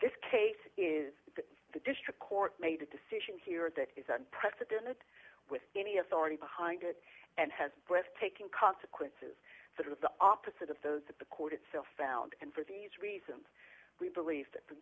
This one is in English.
this case is that the district court made a decision here that is unprecedented with any authority behind it and has breathtaking consequences that are the opposite of those that the court itself found and for these reasons we believe that the